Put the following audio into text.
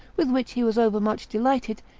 with which he was overmuch delighted,